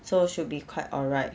so should be quite alright